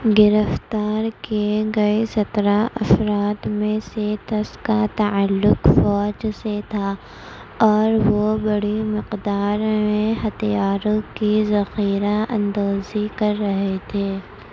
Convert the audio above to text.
گرفتار کیے گئے سترہ افراد میں سے دس کا تعلق فوج سے تھا اور وہ بڑی مقدار میں ہتھیاروں کی ذخیرہ اندوزی کر رہے تھے